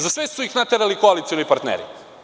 Za sve su ih naterali koalicioni partneri.